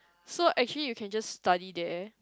so actually you can just study there